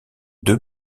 deux